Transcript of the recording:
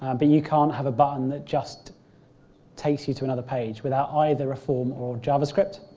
um but you can't have a button that just takes you to another page without either a form or a javascript,